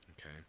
Okay